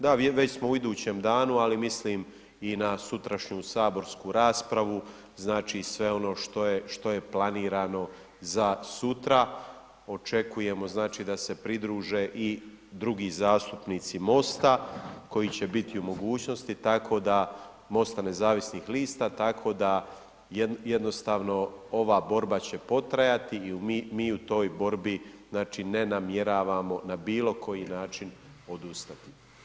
Da, već smo u idućem danu, ali mislim i na sutrašnju saborsku raspravu, znači sve ono što je planirano za sutra, očekujemo da se pridruže i drugi zastupnici MOST-a koji će biti u mogućnosti, tako da, MOST-a nezavisnih lista, tako da jednostavno, ova borba će potrajati i mi u toj borbi ne namjeravamo na bilo koji način odustati.